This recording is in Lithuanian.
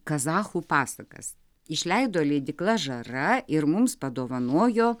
kazachų pasakas išleido leidykla žara ir mums padovanojo